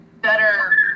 Better